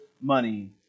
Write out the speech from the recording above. money